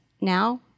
now